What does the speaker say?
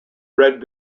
red